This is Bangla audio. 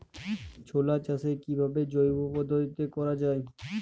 ছোলা চাষ কিভাবে জৈব পদ্ধতিতে করা যায়?